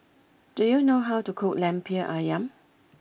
do you know how to cook Lemper Ayam